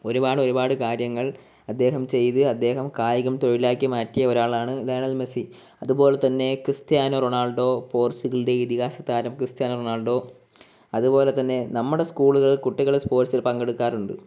ഒരുപാടൊരുപാട് കാര്യങ്ങൾ അദ്ദേഹം ചെയ്തു അദ്ദേഹം കായികം തൊഴിലാക്കി മാറ്റിയൊരാളാണ് ലയണൽ മെസ്സി അതുപോലെതന്നെ ക്രിസ്ത്യാനോ റൊണാൾഡോ പോർട്ടുഗലിൻ്റെ ഇതിഹാസ താരം ക്രിസ്ത്യാനോ റൊണാൾഡോ അതുപോലെ തന്നെ നമ്മുടെ സ്കൂളുകളിൽ കുട്ടികൾ സ്പോർട്സിൽ പങ്കെടുക്കാറുണ്ട്